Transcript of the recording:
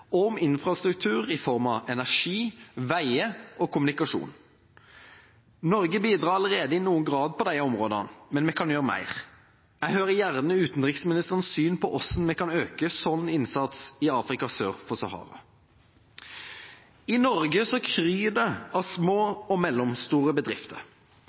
og om infrastruktur i form av energi, veier og kommunikasjon. Norge bidrar allerede i noen grad på disse områdene, men vi kan gjøre mer. Jeg hører gjerne utenriksministerens syn på hvordan vi kan øke slik innsats i Afrika sør for Sahara. I Norge kryr det av små og mellomstore bedrifter.